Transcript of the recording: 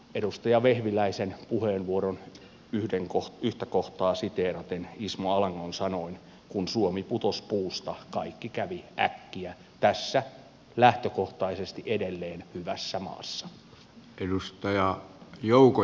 edustaja vehviläisen puheenvuoron yhtä kohtaa siteeraten ismo alangon sanoin kun suomi putos puusta kaikki kävi äkkiä tässä lähtökohtaisesti edelleen hyvässä maassa